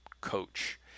coach